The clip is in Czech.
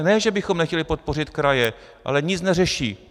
Ne že bychom nechtěli podpořit kraje, ale nic neřeší.